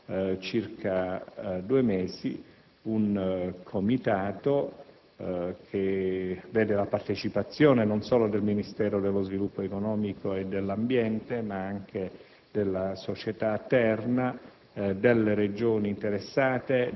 è già operativo da circa due mesi un comitato che vede la partecipazione non solo del Ministero dello sviluppo economico e del Dicastero dell'ambiente e